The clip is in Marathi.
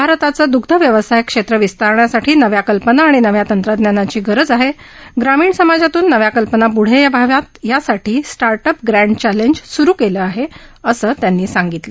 भारताचं दुग्ध व्यवसाय क्षेत्र विस्तारण्यासाठी नव्या कल्पना आणि नव्या तंत्रज्ञानाची गरज आहे ग्रामीण समाजातून नव्या कल्पना पुढे याव्यात यासाठी स्थार्च अॅप ग्रॅड चॅलेंज सुरु केलं आहे असं त्यांनी सांगितलं